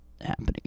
happening